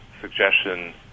suggestion